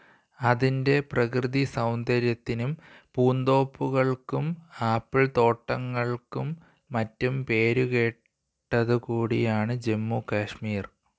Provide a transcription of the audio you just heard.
അതിന്റെ പ്രകൃതി സൗന്ദര്യത്തിനും പൂന്തോപ്പുകൾക്കും ആപ്പിൾത്തോട്ടങ്ങൾക്കും മറ്റും പേരു കേട്ടതുകൂടിയാണ് ജമ്മു കാശ്മീർ